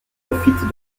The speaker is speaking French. profite